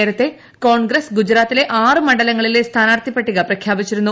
നേരത്തെ കോൺഗ്ഗെസ്റ് ഗുജറാത്തിലെ ആറു മണ്ഡലങ്ങളിലെ സ്ഥാനാർത്ഥിപ്പട്ടിക് പ്രഖ്യാപിച്ചിരുന്നു